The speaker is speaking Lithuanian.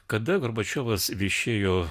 kada gorbačiovas viešėjo